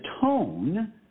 tone